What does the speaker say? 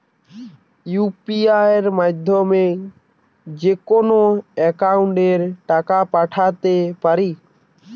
UPI মাধ্যমে যেকোনো একাউন্টে টাকা পাঠাতে পারি?